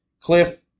Cliff